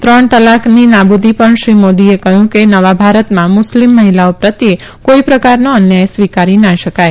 ત્રણ તલાકની નાબુદી પણ શ્રી મોદીએ કહ્યું કે નવા ભારતમાં મુસ્લીમ મહિલાઓ પ્રત્યે કોઈ પ્રકારનો અન્યાય સ્વીકારી ના શકાય